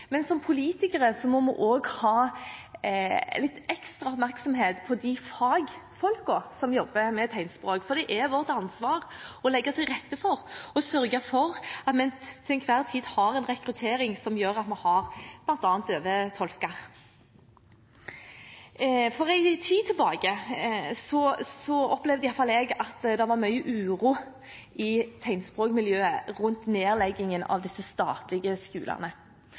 Men som politikere må vi også rette litt ekstra oppmerksomhet mot fagfolkene som jobber med tegnspråk, for det er vårt ansvar å legge til rette for og sørge for at vi til enhver tid har en rekruttering av bl.a. døvetolker. For en tid tilbake opplevde i alle fall jeg at det i tegnspråkmiljøet var mye uro rundt nedlegging av de statlige skolene.